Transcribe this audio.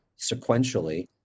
sequentially